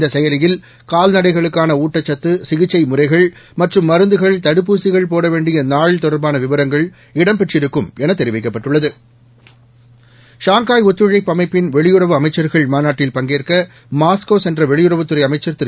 இந்த செயலியில் கால்நடைகளுக்கான ஊட்டச்சத்து சிகிச்சை முறைகள் மற்றும் மருந்துகள் தடுப்பூசிகள் போட வேண்டிய நாள் தொடர்பான விவரங்கள் இடம்பெற்றிருக்கும் என தெரிவிக்கப்பட்டுள்ளது ஷாய்காய் ஒத்துழைப்பு அமைப்பின் வெளியுறவு அமைச்சர்கள் மாநாட்டில் பங்கேற்க மாஸ்கோ சென்ற வெளியுறவுத்துறை அமைச்சர் திரு